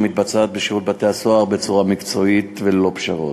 המתבצע בשירות בתי-הסוהר בצורה מקצועית ללא פשרות.